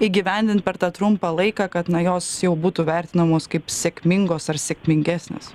įgyvendint per tą trumpą laiką kad na jos jau būtų vertinamos kaip sėkmingos ar sėkmingesnės